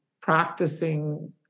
practicing